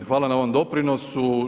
Hvala na ovom doprinosu.